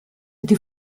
die